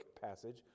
passage